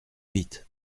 vite